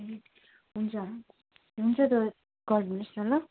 ए हुन्छ हुन्छ तपाईँ गरिदिनुहोस् न ल